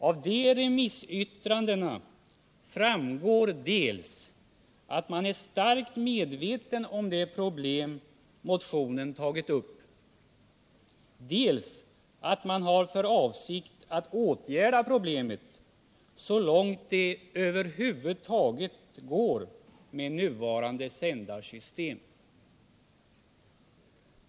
Av remissyttrandena framgår att man är starkt medveten om det problem motionen tagit upp och att man har för avsikt att åtgärda problemet så långt det över huvud taget går med nuvarande kända system.